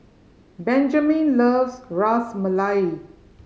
Benjamen loves Ras Malai